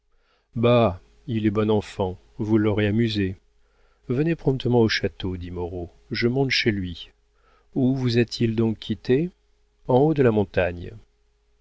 il est bon enfant vous l'aurez amusé venez promptement au château dit moreau je monte chez lui où vous a-t-il donc quitté en haut de la montagne